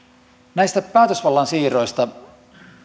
näistä päätösvallan siirroista